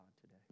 today